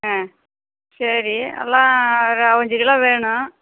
ஆ சரி எல்லாம் ஒரு அவ்வஞ்சு கிலோ வேணும்